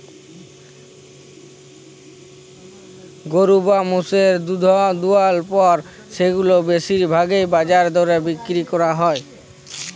গরু বা মোষের দুহুদ দুয়ালর পর সেগুলাকে বেশির ভাগই বাজার দরে বিক্কিরি ক্যরা হ্যয়